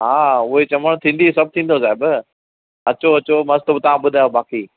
हा हा उहो ई चवण थींदी सभु थींदो साहिबु अचो अचो मस्तु तव्हां ॿुधायो बाक़ी